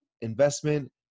investment